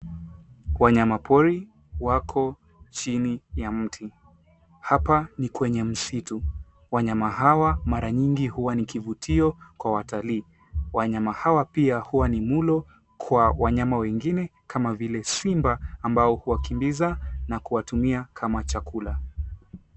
Wanyama pori wako chini ya mti, hapa ni kwenye msitu. Wanyama hawa mara nyingi huwa kivutio kwa watalii. Wanyama hawa pia huwa ni mlo kwa wanyama wengine, kama vile simba, ambao huwakimbiza na kuwatumia kama chakula.